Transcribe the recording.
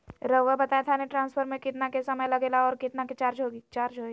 रहुआ बताएं थाने ट्रांसफर में कितना के समय लेगेला और कितना के चार्ज कोई चार्ज होई?